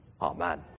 Amen